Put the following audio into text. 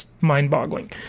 mind-boggling